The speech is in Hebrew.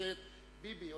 הכנסת ביבי.